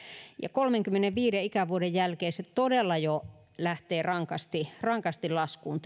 kolmenkymmenenviiden ikävuoden jälkeen tämä hedelmällisyys todella jo lähtee rankasti rankasti laskuun